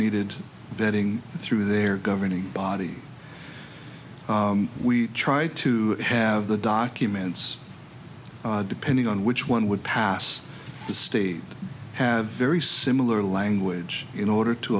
needed vetting through their governing body we tried to have the documents depending on which one would pass the state have very similar language in order to